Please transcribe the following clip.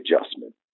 adjustment